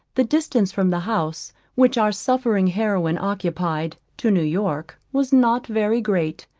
the distance from the house which our suffering heroine occupied, to new-york, was not very great,